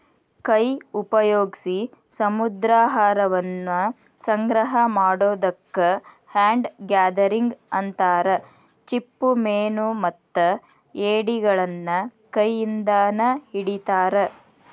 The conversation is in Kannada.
ಕೈ ಉಪಯೋಗ್ಸಿ ಸಮುದ್ರಾಹಾರವನ್ನ ಸಂಗ್ರಹ ಮಾಡೋದಕ್ಕ ಹ್ಯಾಂಡ್ ಗ್ಯಾದರಿಂಗ್ ಅಂತಾರ, ಚಿಪ್ಪುಮೇನುಮತ್ತ ಏಡಿಗಳನ್ನ ಕೈಯಿಂದಾನ ಹಿಡಿತಾರ